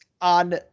on